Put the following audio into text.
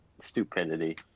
stupidity